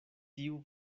tiu